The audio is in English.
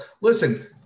Listen